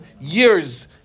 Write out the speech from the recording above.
years